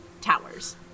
towers